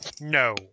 No